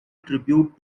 tribute